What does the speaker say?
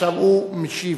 עכשיו הוא משיב.